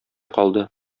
калды